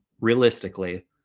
realistically